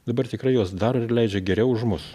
dabar tikrai juos dar ir leidžia geriau už mus